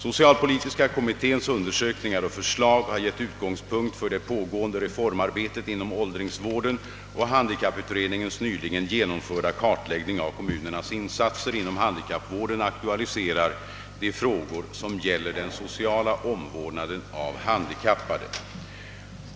Socialpolitiska kommitténs undersökningar och förslag har gett utgångspunkterna för det pågående reformarbetet inom åldringsvården, och handikapputredningens nyligen genomförda kartläggning av kommunernas insatser inom handikappvården aktualiserar de frågor som gäller den sociala omvårdnaden av handikappade.